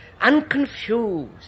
unconfused